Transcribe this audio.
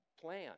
plan